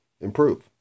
improve